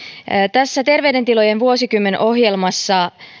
tässä terveiden tilojen vuosikymmen ohjelmassa